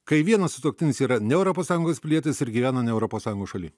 kai vienas sutuoktinis yra ne europos sąjungos pilietis ir gyvena ne europos sąjungos šaly